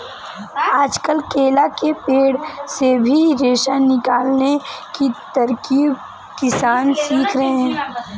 आजकल केला के पेड़ से भी रेशा निकालने की तरकीब किसान सीख रहे हैं